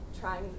trying